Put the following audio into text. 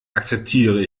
akzeptiere